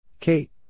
Kate